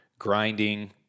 grinding